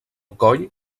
coll